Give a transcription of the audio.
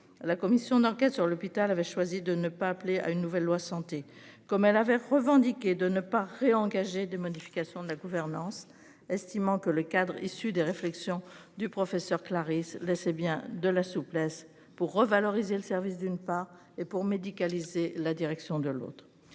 La commission d'enquête sur l'hôpital avait choisi de ne pas appeler à une nouvelle loi santé comme elle avait revendiqué de ne pas réengager de modification de la gouvernance, estimant que le cadre issu des réflexions du professeur Clarisse là c'est bien de la souplesse pour revaloriser le service d'une part et pour médicaliser la direction de l'autre.